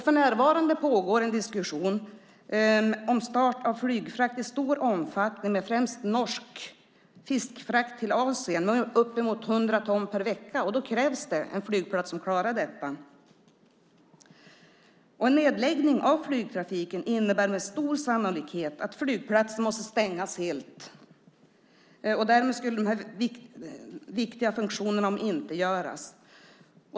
För närvarande pågår en diskussion om start av flygfrakt i stor omfattning, främst norsk fiskfrakt till Asien med uppemot hundra ton per vecka. Då krävs det en flygplats som klarar detta. En nedläggning av flygtrafiken innebär med stor sannolikhet att flygplatsen måste stängas helt. Därmed skulle de här viktiga funktionerna omintetgöras.